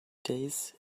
days